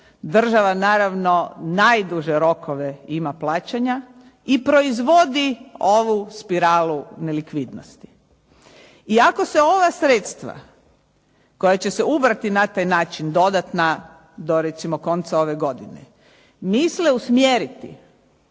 država naravno najduže rokove ima plaćanja i proizvodi ovu spiralu nelikvidnosti. I ako se ova sredstva koja će se ubrati na taj način dodatna do recimo konca ove godine, misle usmjeriti